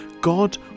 God